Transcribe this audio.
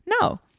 No